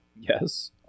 Yes